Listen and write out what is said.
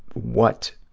what